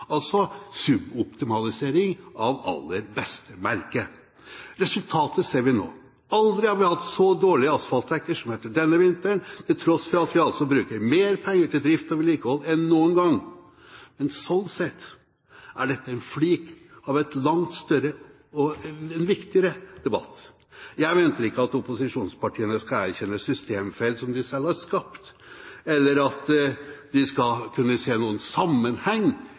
altså suboptimalisering av aller beste merke. Resultatet ser vi nå. Aldri har vi hatt så dårlig asfaltdekke som etter denne vinteren, til tross for at vi bruker mer penger til drift og vedlikehold enn noen gang. Slik sett er dette en flik av en langt større og viktigere debatt. Jeg venter ikke at opposisjonspartiene skal erkjenne systemfeil som de selv har skapt, eller at de skal kunne se noen sammenheng